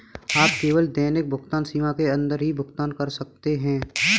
आप केवल दैनिक भुगतान सीमा के अंदर ही भुगतान कर सकते है